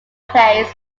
plays